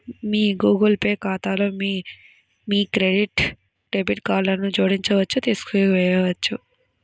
మీ Google Pay ఖాతాలో మీరు మీ క్రెడిట్, డెబిట్ కార్డ్లను జోడించవచ్చు, తీసివేయవచ్చు